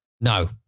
No